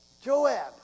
Joab